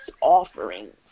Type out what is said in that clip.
offerings